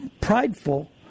prideful